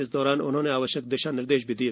इस दौरान उन्होंने आवश्यक दिशा निर्देश भी दिए